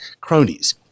cronies